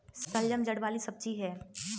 शलजम जड़ वाली सब्जी है